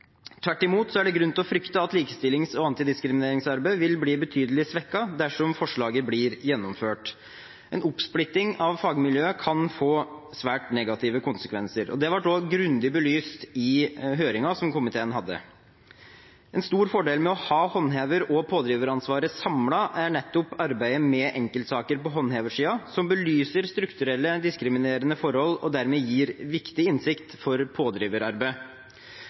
Tvert imot er det grunn til å frykte at likestillings- og antidiskrimineringsarbeidet vil bli betydelig svekket dersom forslaget blir gjennomført. En oppsplitting av fagmiljøet kan få svært negative konsekvenser. Det ble også grundig belyst i høringen som komiteen hadde. En stor fordel med å ha håndheveransvaret og pådriveransvaret samlet er nettopp at arbeidet med enkeltsaker på håndheversiden belyser strukturelle diskriminerende forhold og dermed gir viktig innsikt for